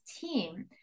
team